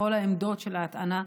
בכל העמדות של ההטענה,